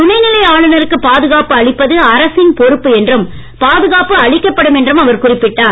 துணைநிலை ஆளுநருக்கு பாதுகாப்பு அளிப்பது அரசின் பொறுப்பு என்றும் பாதுகாப்பு அளிக்கப்படும் என்றும் அவர் குறிப்பிட்டார்